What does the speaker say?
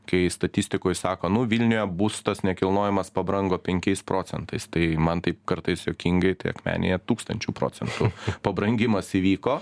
kai statistikoj sako nu vilniuje būstas nekilnojamas pabrango penkiais procentais tai man taip kartais juokingai tai akmenėje tūkstančiu procentų pabrangimas įvyko